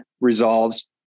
resolves